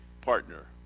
partner